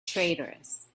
traitorous